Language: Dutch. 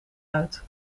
uit